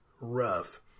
Rough